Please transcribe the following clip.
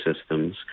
systems